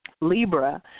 libra